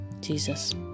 jesus